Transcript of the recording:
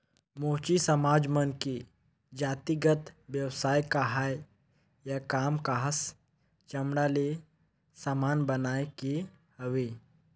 मोची समाज मन के जातिगत बेवसाय काहय या काम काहस चमड़ा ले समान बनाए के हवे